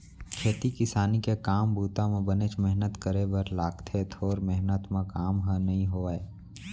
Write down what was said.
खेती किसानी के काम बूता म बनेच मेहनत करे बर लागथे थोरे मेहनत म काम ह नइ होवय